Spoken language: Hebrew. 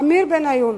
עמיר בניון.